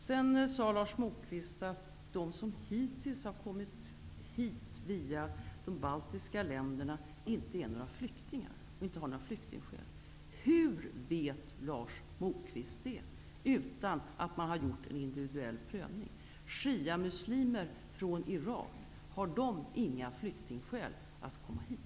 Sedan sade Lars Moquist att de som hittills har kommit hit via de baltiska länderna inte är några flyktingar och att de inte har några flyktingskäl. Hur vet Lars Moquist det utan att man har gjort en individuell prövning? Shiamuslimer från Irak, har de inte flyktingskäl att komma hit?